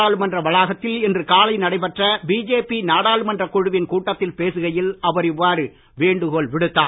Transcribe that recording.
நாடாளுமன்ற வளாகத்தில் இன்று காலை நடைபெற்ற பிஜேபி நாடாளுமன்றக் குழுவின் கூட்டத்தில் பேசுகையில் அவர் இவ்வாறு வேண்டுகோள் விடுத்தார்